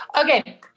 Okay